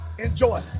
Enjoy